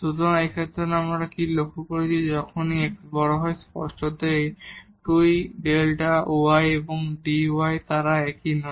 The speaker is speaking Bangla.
সুতরাং এই ক্ষেত্রে আমরা কি লক্ষ্য করেছি যখন Δ x বড় হয় স্পষ্টতই এই 2 Δ y এবং dy তারা একই নয়